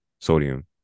sodium